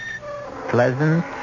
pleasant